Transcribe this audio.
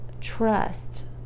trust